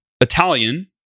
Italian